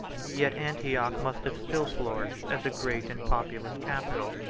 yet antioch must have still flourished as a great and populous capital.